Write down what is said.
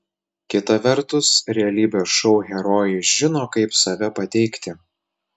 kita vertus realybės šou herojai žino kaip save pateikti